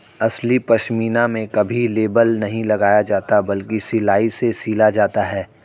असली पश्मीना में कभी लेबल नहीं लगाया जाता बल्कि सिलाई से सिला जाता है